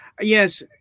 Yes